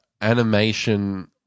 animation